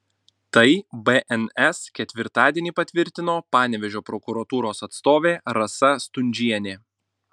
tai bns ketvirtadienį patvirtino panevėžio prokuratūros atstovė rasa stundžienė